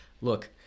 look